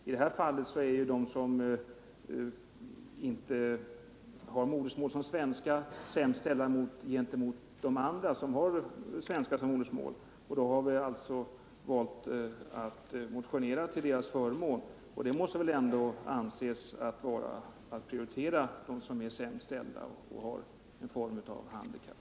I det här fallet är de som inte har svenska som modersmål sämst ställda i förhållande till dem som har svenska som modersmål. Då har vi valt att motionera till invandrarnas förmån. Det måste väl ändå anses vara att prioritera dem som är sämst ställda och har en form av handikapp.